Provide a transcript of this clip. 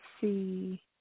see